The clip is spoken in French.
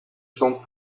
sent